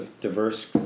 diverse